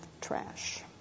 trash